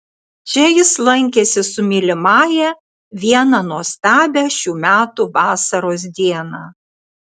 čia jis lankėsi su mylimąja vieną nuostabią šių metų vasaros dieną